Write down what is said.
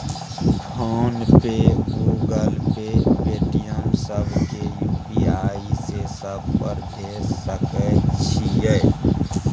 Phone पे, Google Pay, Paytm, सब के UPI से सब पर भेज सके छीयै?